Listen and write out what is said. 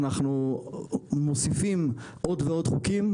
אנחנו מוסיפים עוד ועוד חוקים,